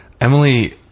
Emily